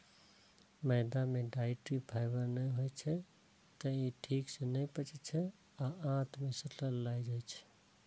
मैदा मे dietary fibre नै होइ छै, तें ई ठीक सं नै पचै छै आ आंत मे सटल रहि जाइ छै